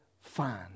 fine